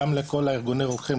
גם לכל ארגוני הרוקחים,